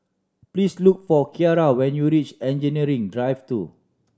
please look for Kiara when you reach Engineering Drive Two